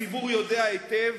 הציבור יודע היטב